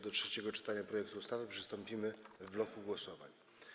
Do trzeciego czytania projektu ustawy przystąpimy w bloku głosowań.